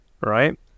right